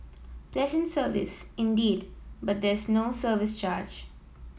pleasant service indeed but there is no service charge